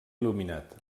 il·luminat